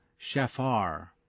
Shefar